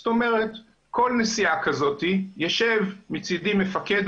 זאת אומרת כל נסיעה כזאת יישב מצדי מפקד